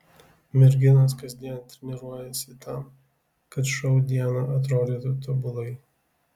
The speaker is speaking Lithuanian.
merginos kasdien treniruojasi tam kad šou dieną atrodytų tobulai